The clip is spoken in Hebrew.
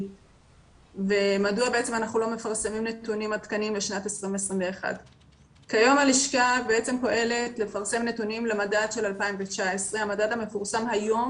של היישוב ומדוע אנחנו לא מפרסמים נתונים עדכניים לשנת 2021. כיום הלשכה פועלת לפרסם נתונים למדד של 2019. המדד המפורסם היום